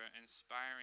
inspiring